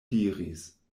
diris